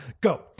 Go